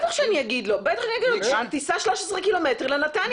בטח שאני אגיד לו, שייסע 13 קילומטרים לנתניה.